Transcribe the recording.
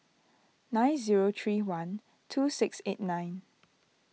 nine zero three one two six eight nine